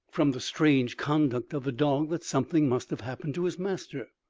from the strange conduct of the dog, that something must have happened to his master.